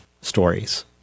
stories